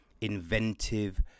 inventive